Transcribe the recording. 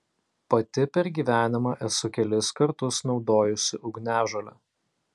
pati per gyvenimą esu kelis kartus naudojusi ugniažolę